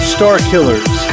Starkillers